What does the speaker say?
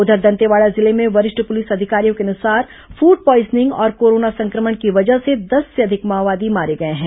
उधर दंतेवाड़ा जिले में वरिष्ठ पुलिस अधिकारियों के अनुसार फूड पॉइजनिंग और कोरोना संक्रमण की वजह से दस से अधिक माओवादी मारे गए हैं